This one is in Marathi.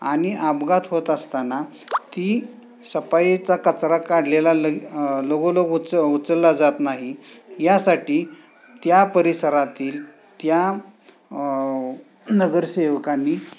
आणि अपघात होत असताना ती सफाईचा कचरा काढलेला ल लगोलग उच उचलला जात नाही यासाठी त्या परिसरातील त्या नगरसेवकांनी